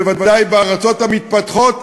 בוודאי עם הארצות המתפתחות,